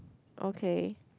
okay